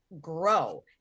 grow